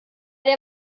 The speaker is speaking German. der